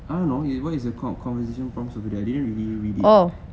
I don't know what is the con~ conversation from over there I didn't really read it